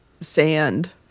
sand